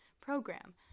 program